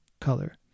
color